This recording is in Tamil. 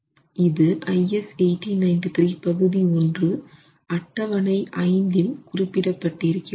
இது Is 1893 பகுதி 1 அட்டவணை 5 இல் குறிப்பிடப்பட்டிருக்கிறது